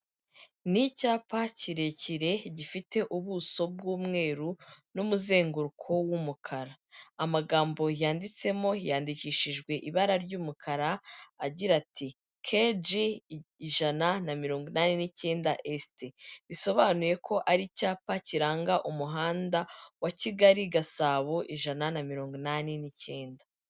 Ni icyapa kirekire, gifite ubuso bw'umweru n'umuzenguruko w'umukara, amagambo yanditsemo yandikishijwe ibara ry'umukara, agira ati "Keji ijana na mirongo inani n'icyenda esite" bisobanuye ko ari icyapa kiranga umuhanda wa Kigali Gasabo ijana na mirongo inani n'icyenda.